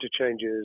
interchanges